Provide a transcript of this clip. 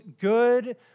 good